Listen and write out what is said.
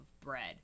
bread